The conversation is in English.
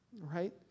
Right